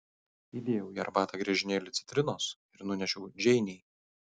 įdėjau į arbatą griežinėlį citrinos ir nunešiau džeinei